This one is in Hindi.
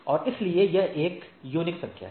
और इसीलिए यह एक यूनिक संख्या है